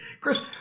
Chris